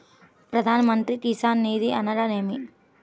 ప్రధాన మంత్రి కిసాన్ నిధి అనగా నేమి?